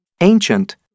Ancient